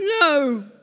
No